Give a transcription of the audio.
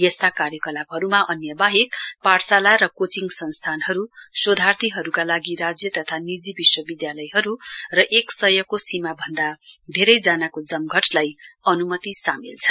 यस्ता कार्यकलापहरुमा अन्यवाहेक पाठशाला र कोचिङ संस्थानहरु शोधार्थीहरुका लागि राज्य तथा निजी विश्वविधालयहरु एकसयको सीमाभन्दा धेरैजनाको जमघटलाई अनुमति सामेल छन्